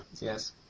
Yes